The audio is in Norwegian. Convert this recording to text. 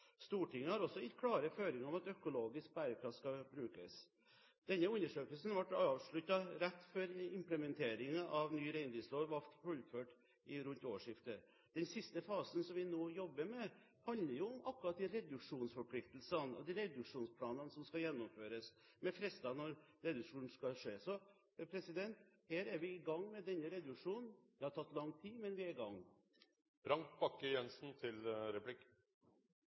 Stortinget har også gitt klare føringer om at økologisk bærekraft skal brukes. Denne undersøkelsen ble avsluttet rett før implementeringen av ny reindriftslov ble fullført rundt årsskiftet. Den siste fasen som vi nå jobber med, handler om akkurat de reduksjonsforpliktelsene og de reduksjonsplanene som skal gjennomføres, med frister for når reduksjon skal skje. Så vi er i gang med denne reduksjonen – det har tatt lang tid, men vi er